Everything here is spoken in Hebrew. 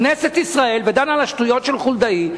כנסת ישראל דנה על השטויות של חולדאי,